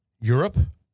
Europe